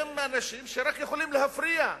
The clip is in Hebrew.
הם אנשים שרק יכולים להפריע,